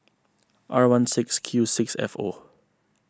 R one Q six F O